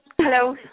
Hello